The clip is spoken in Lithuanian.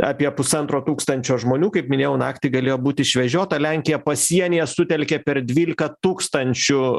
apie pusantro tūkstančio žmonių kaip minėjau naktį galėjo būti išvežiota lenkija pasienyje sutelkė per dvylika tūkstančių